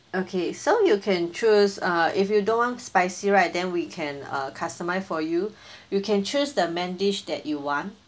okay so you can choose uh if you don't want spicy right then we can uh customize for you you can choose the main dish that you want